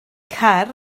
car